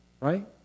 right